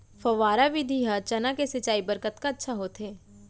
फव्वारा विधि ह चना के सिंचाई बर कतका अच्छा होथे?